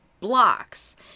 blocks